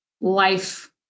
life